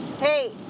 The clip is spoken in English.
Hey